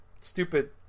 stupid